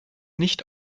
nicht